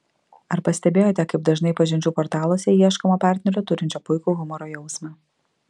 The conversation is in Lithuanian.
ar pastebėjote kaip dažnai pažinčių portaluose ieškoma partnerio turinčio puikų humoro jausmą